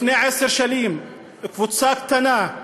לפני עשר שנים קבוצה קטנה,